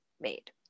made